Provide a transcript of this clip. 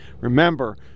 Remember